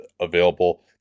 available